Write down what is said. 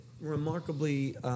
remarkably